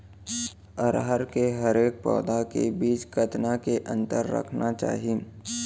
अरहर के हरेक पौधा के बीच कतना के अंतर रखना चाही?